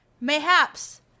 Mayhaps